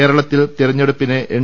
കേരളത്തിൽ തെരഞ്ഞെടുപ്പിനെ എൻ